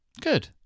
Good